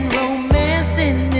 romancing